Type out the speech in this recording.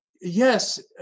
Yes